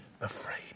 afraid